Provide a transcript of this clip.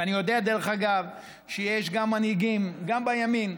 ואני יודע, דרך אגב, שיש מנהיגים, גם בימין,